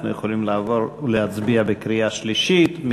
אנחנו יכולים לעבור ולהצביע בקריאה שלישית.